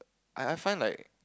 I I find like